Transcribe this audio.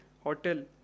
hotel